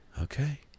Okay